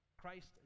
Christ